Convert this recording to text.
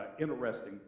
interesting